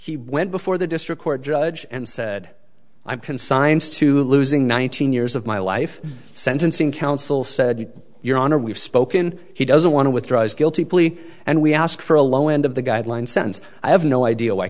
he went before the district court judge and said i'm consigns to losing nineteen years of my life sentencing counsel said your honor we've spoken he doesn't want to withdraw his guilty plea and we ask for a low end of the guideline sentence i have no idea why